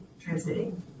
transmitting